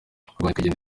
nyakwigendera